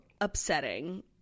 upsetting